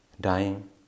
Dying